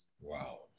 Wow